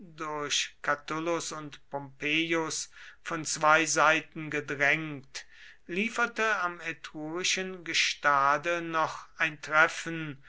durch catulus und pompeius von zwei seiten gedrängt lieferte am etrurischen gestade noch ein treffen